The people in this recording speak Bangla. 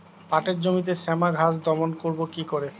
পাটের জমিতে শ্যামা ঘাস দমন করবো কি করে?